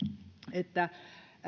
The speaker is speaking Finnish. että